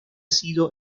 sido